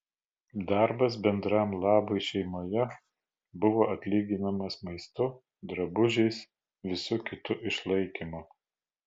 darbas bendram labui šeimoje buvo atlyginamas maistu drabužiais visu kitu išlaikymu